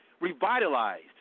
revitalized